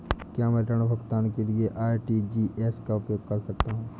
क्या मैं ऋण भुगतान के लिए आर.टी.जी.एस का उपयोग कर सकता हूँ?